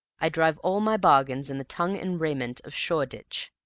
i drive all my bargains in the tongue and raiment of shoreditch.